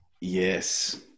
yes